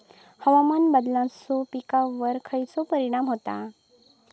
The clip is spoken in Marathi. हवामान बदलाचो पिकावर खयचो परिणाम होता?